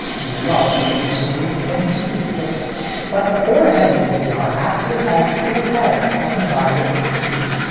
and the result is a noisy, incomplete picture but a four head vcr actually has two heads passing by with each sweep.